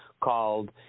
called